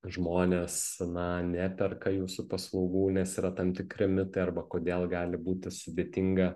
žmonės na neperka jūsų paslaugų nes yra tam tikri mitai arba kodėl gali būti sudėtinga